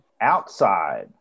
outside